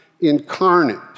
incarnate